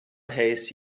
haste